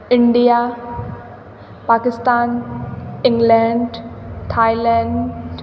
India Pakistan England Thailand